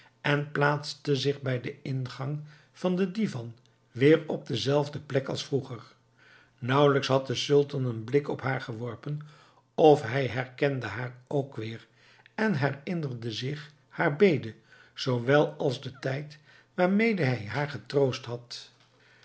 en plaatste zich bij den ingang van den divan weer op dezelfde plek als vroeger nauwelijks had de sultan een blik op haar geworpen of hij herkende haar ook weer en herinnerde zich haar bede zoowel als den tijd waarmee hij haar getroost had